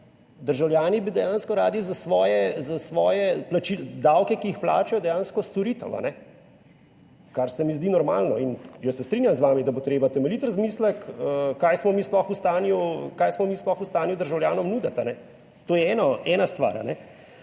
državljani bi dejansko radi za davke, ki jih plačajo, dejansko storitev, kar se mi zdi normalno. In jaz se strinjam z vami, da bo treba temeljit razmislek, kaj smo mi sploh v stanju državljanom nuditi. To je ena stvar.